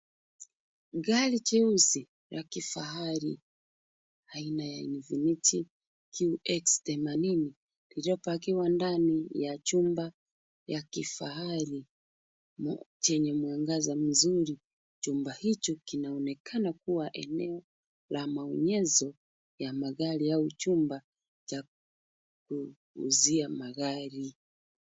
Gari jeusi la kifahari aina ya Infinity QX80 iliyopakiwa ndani ya chumba ya kifahari chenye mwangaza mzuri. Chumba hicho kinaonekana kuwa eneo la maonyesho ya magari au chumba cha kuuzia magari.